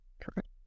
Correct